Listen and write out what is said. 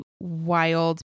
wild